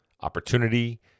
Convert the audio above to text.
opportunity